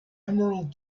emerald